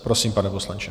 Prosím, pane poslanče.